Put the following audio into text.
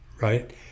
right